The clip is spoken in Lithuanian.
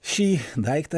šį daiktą